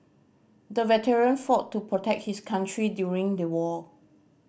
the veteran fought to protect his country during the war